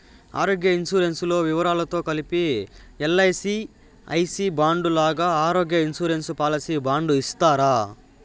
ఆరోగ్య ఇన్సూరెన్సు లో వివరాలతో కలిపి ఎల్.ఐ.సి ఐ సి బాండు లాగా ఆరోగ్య ఇన్సూరెన్సు పాలసీ బాండు ఇస్తారా?